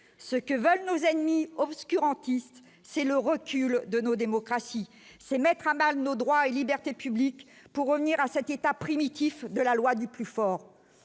ce que veulent nos ennemis obscurantiste, c'est le recul de nos démocraties, c'est mettre à mal nos droits et libertés publiques pour revenir à cet état primitif de la loi du plus fort,